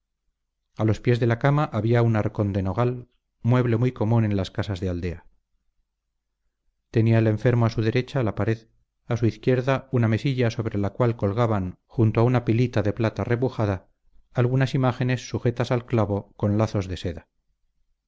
a los pies de la cama había un arcón de nogal mueble muy común en las casas de aldea tenía el enfermo a su derecha la pared a su izquierda una mesilla sobre la cual colgaban junto a una pilita de plata repujada algunas imágenes sujetas al clavo con lazos de seda